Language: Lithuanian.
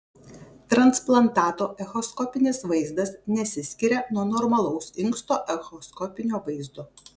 transplantato echoskopinis vaizdas nesiskiria nuo normalaus inksto echoskopinio vaizdo